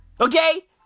Okay